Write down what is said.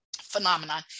phenomenon